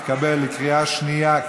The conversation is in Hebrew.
התקבלה בקריאה שנייה,